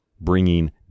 bringing